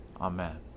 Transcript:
Amen